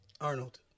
Arnold